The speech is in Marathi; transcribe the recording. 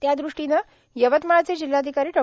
त्यादृष्टीने यवतमाळचे जिल्हाधिकारी डॉ